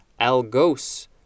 algos